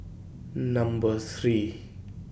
Number three